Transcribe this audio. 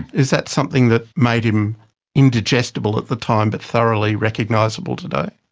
is that something that made him indigestible at the time, but thoroughly recognisable today?